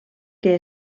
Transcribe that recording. que